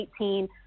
2018